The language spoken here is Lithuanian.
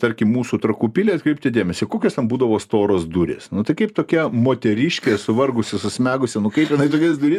tarkim mūsų trakų pilį atkreipti dėmesį kokios ten būdavo storos durys nu tai kaip tokia moteriškė suvargusi susmegusi nu kaip jinai tokias duris